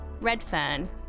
Redfern